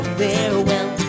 farewell